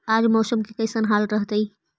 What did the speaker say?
आज मौसम के कैसन हाल रहतइ?